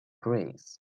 grace